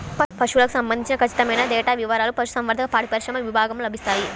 పశువులకు సంబంధించిన ఖచ్చితమైన డేటా వివారాలు పశుసంవర్ధక, పాడిపరిశ్రమ విభాగంలో లభిస్తాయి